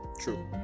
True